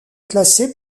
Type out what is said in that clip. classée